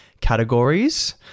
categories